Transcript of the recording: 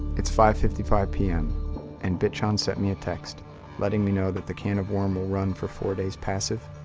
it's five fifty five pm and bitchan sent me a text letting me know that the can-of-worm will run for four days passive,